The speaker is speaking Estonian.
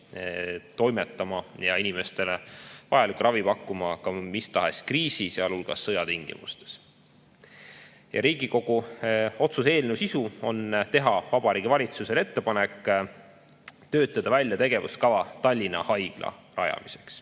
toimetama ja inimestele vajalikku ravi pakkuma ka mis tahes kriisi, sealhulgas sõja tingimustes. Riigikogu otsuse eelnõu sisu on teha Vabariigi Valitsusele ettepanek töötada välja tegevuskava Tallinna Haigla rajamiseks.